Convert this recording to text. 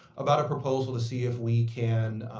about our proposal to see if we can